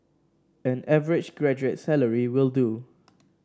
an average graduate's salary will do